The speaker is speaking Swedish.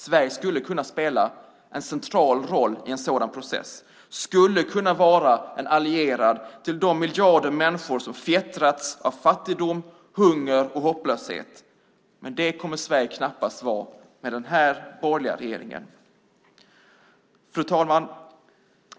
Sverige skulle kunna spela en central roll i en sådan utveckling. Vi skulle kunna vara en allierad till de miljarder människor som fjättrats av fattigdom, hunger och hopplöshet, men det kommer Sverige knappast att vara med den borgerliga regeringen. Fru talman!